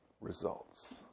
results